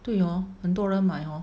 对 hor 很多人买 hor